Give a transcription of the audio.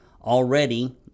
already